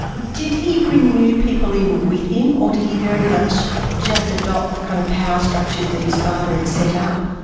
did he bring new people in with him, or did he very much just adopt the kind of power structures that his father had set up?